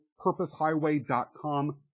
purposehighway.com